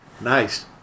Nice